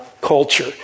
culture